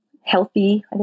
healthy